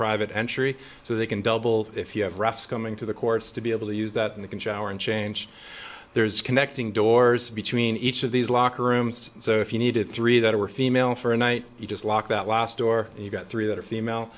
private entry so they can double if you have refs coming to the courts to be able to use that and they can shower and change theirs connecting doors between each of these locker rooms so if you needed three that were female for a night you just lock that last door and you got three that are female